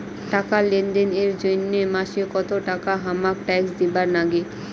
টাকা লেনদেন এর জইন্যে মাসে কত টাকা হামাক ট্যাক্স দিবার নাগে?